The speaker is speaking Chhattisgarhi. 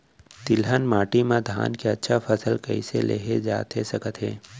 तिलहन माटी मा धान के अच्छा फसल कइसे लेहे जाथे सकत हे?